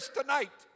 tonight